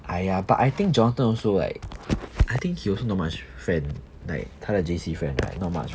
!aiya! but I think johnathan also like I think he also not much friend like 他的 J_C friend right not much